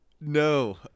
No